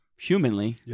humanly